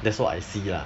that's what I see lah